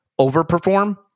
overperform